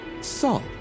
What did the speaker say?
salt